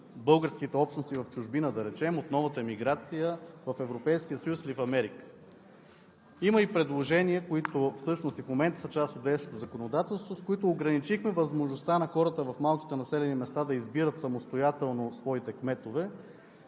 българските общности в чужбина, да речем, от новата емиграция от Европейския съюз или в Америка. Има и предложения, които всъщност и в момента са част от действащото законодателство, с които ограничихме възможността на хората в малките населени места да избират самостоятелно своите кметове.